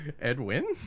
Edwin